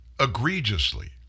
egregiously